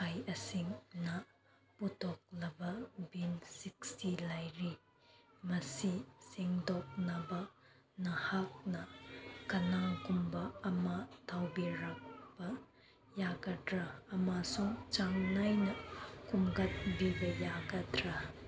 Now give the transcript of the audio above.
ꯑꯀꯥꯏꯁꯤꯡꯅ ꯄꯥꯊꯣꯛꯂꯕ ꯕꯤꯟ ꯁꯤꯛꯁꯇꯤ ꯂꯩꯔꯤ ꯃꯁꯤ ꯁꯦꯡꯗꯣꯛꯅꯕ ꯅꯍꯥꯛꯅ ꯀꯅꯥꯒꯨꯝꯕ ꯑꯃ ꯇꯧꯕꯤꯔꯛꯄ ꯌꯥꯒꯗ꯭ꯔꯥ ꯑꯃꯁꯨꯡ ꯆꯥꯡ ꯅꯥꯏꯅ ꯈꯣꯝꯒꯠꯄꯤꯕ ꯌꯥꯒꯗ꯭ꯔꯥ